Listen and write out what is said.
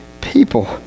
people